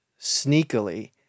sneakily